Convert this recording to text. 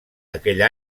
aquell